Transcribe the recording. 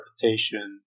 Interpretation